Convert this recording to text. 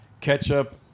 ketchup